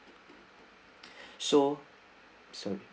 so sorry